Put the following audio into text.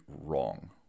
wrong